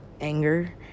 anger